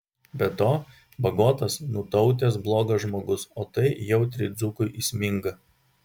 be to bagotas nutautęs blogas žmogus o tai jautriai dzūkui įsminga